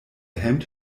hemd